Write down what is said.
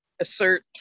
assert